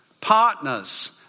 Partners